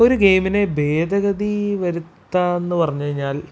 ഒരു ഗെയിമിനെ ഭേദഗതി വരുത്താന്നു പറഞ്ഞു കഴിഞ്ഞാൽ